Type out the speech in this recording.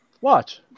Watch